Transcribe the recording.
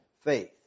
faith